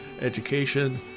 education